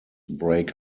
break